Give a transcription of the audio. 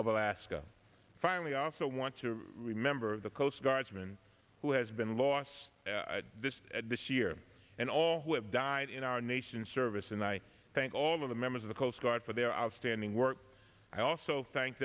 of alaska finally also want to remember the coast guardsman who has been lost at this year and all who have died in our nation's service and i thank all of the members of the coast guard for their outstanding work i also thank